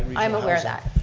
i'm aware of that.